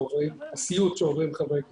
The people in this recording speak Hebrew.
הסיוט שעוברים חברי הקיבוץ.